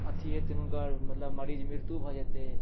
अथी हेतैनि हुनकर मतलब मरीज मृत्यु भऽ जेतै